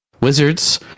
wizards